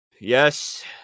yes